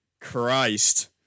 Christ